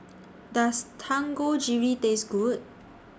Does Dangojiru Taste Good